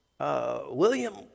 William